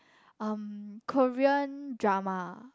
um Korean drama